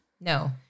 No